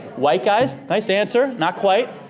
white guys? nice answer. not quite.